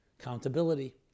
accountability